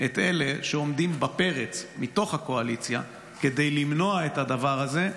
את אלה שעומדים בפרץ מתוך הקואליציה כדי למנוע את הדבר הזה,